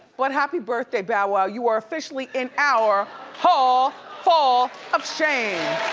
but happy birthday, bow wow, you are officially in our hall fall of shame.